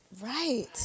Right